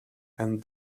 and